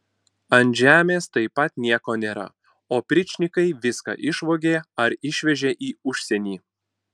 ant žemės taip pat nieko nėra opričnikai viską išvogė ar išvežė į užsienį